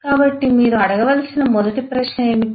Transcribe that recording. కాబట్టి మీరు అడగవలసిన మొదటి ప్రశ్న ఏమిటి